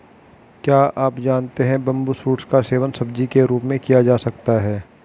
क्या आप जानते है बम्बू शूट्स का सेवन सब्जी के रूप में किया जा सकता है?